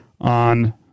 on